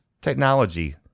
technology